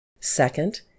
Second